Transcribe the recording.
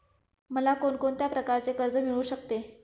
मला कोण कोणत्या प्रकारचे कर्ज मिळू शकते?